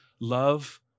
love